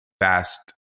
Fast